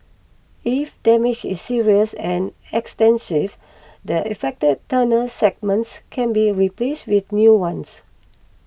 if damage is serious and extensive the affected tunnel segments can be replaced with new ones